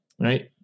Right